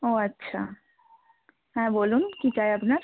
ও আচ্ছা হ্যাঁ বলুন কী চাই আপনার